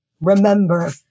remember